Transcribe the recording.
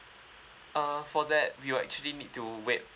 uh for that you'll actually need to wait